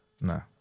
no